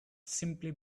simply